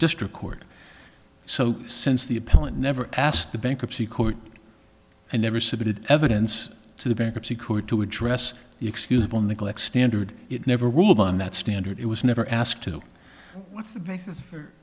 district court so since the appellant never asked the bankruptcy court and never submitted evidence to the bankruptcy court to address the excusable neglect standard it never will have on that standard it was never asked to what's the basis for